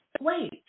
wait